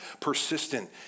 persistent